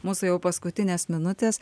mūsų jau paskutinės minutės